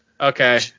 okay